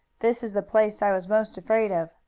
this is the place i was most afraid of,